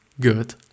good